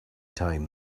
time